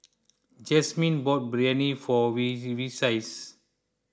Jasmine bought Biryani for Vicie